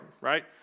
right